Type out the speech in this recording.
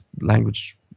language